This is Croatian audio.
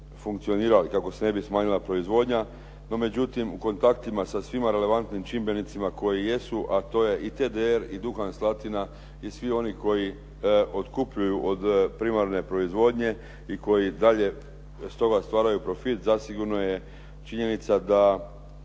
funkcionirali, kako se ne bi smanjila proizvodnja. No međutim, u kontaktima sa svima relevantnim čimbenicima koji jesu, a to je i TDR i “Duhan Slatina“ i svi oni koji otkupljuju od primarne proizvodnje i koji dalje stoga stvaraju profit zasigurno je činjenica da